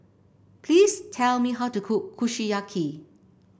please tell me how to cook Kushiyaki